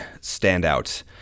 standout